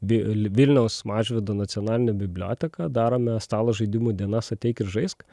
vi l vilniaus mažvydo nacionaline biblioteka darome stalo žaidimų dienas ateik ir žaisk